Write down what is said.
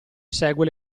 segue